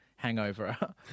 Hangover